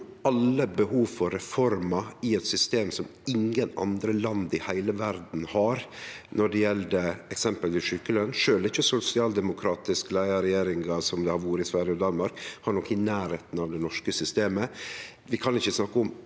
alle behov for reformer i eit system som ingen andre land i heile verda har, eksempelvis når det gjeld sjukeløn. Sjølv ikkje sosialdemokratisk leia regjeringar, som det har vore i Sverige og Danmark, har noko i nærleiken av det norske systemet. Vi kan ikkje snakke om